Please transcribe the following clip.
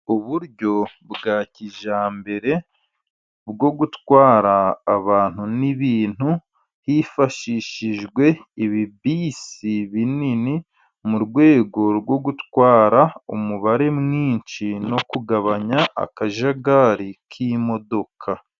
Uburyo bwa kijyambere bwo gutwara abantu n'ibintu, hifashishijwe ibibisi binini, mu rwego rwo gutwara umubare mwinshi, no kugabanya akajagari k'imodoka.